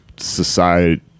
society